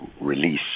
release